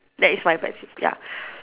that is my passive ya